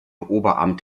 oberamt